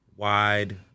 Wide